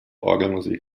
orgelmusik